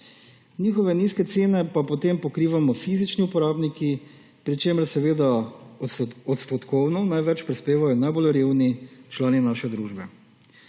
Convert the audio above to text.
Njihove nizke cene pa potem pokrivamo fizični uporabniki, pri čemer seveda odstotkovno največ prispevajo najbolj revni člani naše družbe.